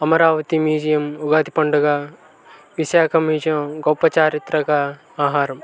Amaravati museum Ugadi పండుగ Visakha museum గొప్ప చారిత్రక ఆహారం